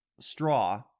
straw